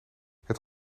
het